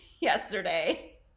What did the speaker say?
yesterday